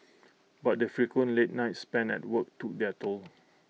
but the frequent late nights spent at work took their toll